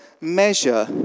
measure